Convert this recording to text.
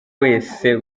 wese